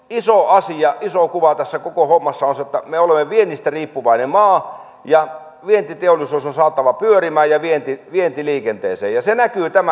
iso asia iso kuva tässä koko hommassa on se että me olemme viennistä riippuvainen maa ja vientiteollisuus on saatava pyörimään ja vienti vienti liikenteeseen se näkyy